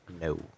No